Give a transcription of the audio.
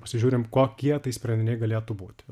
pasižiūrim kokie tai sprendiniai galėtų būti